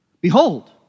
behold